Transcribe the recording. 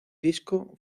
disco